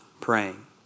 praying